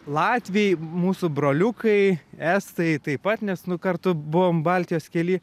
latviai mūsų broliukai estai taip pat nes kartu buvom baltijos kely